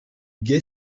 gai